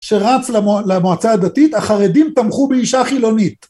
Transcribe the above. שרץ למועצה הדתית, החרדים תמכו באישה חילונית.